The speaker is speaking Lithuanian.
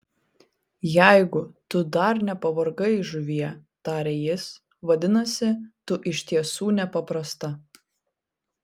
jeigu tu dar nepavargai žuvie tarė jis vadinasi tu iš tiesų nepaprasta